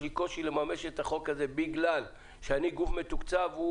לו קושי לממש את החוק הזה בגלל שהוא גוף מתוקצב,